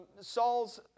Saul's